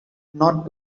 not